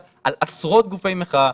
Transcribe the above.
יפעת,